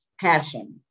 passion